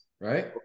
right